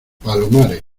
palomares